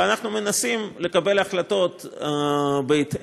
ואנחנו מנסים לקבל החלטות בהתאם,